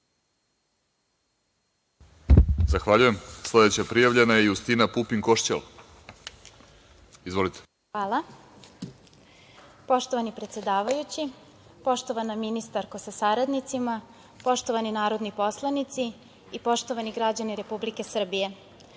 Zahvaljujem. Sledeća prijavljena je Justina Pupin Košćal. Izvolite. **Justina Pupin Košćal** Hvala. Poštovani predsedavajući, poštovana ministarko sa saradnicima, poštovani narodni poslanici i poštovani građani Republike Srbije,